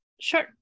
sure